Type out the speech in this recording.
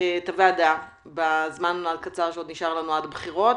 את הוועדה בזמן הקצר שנותר לנו עד הבחירות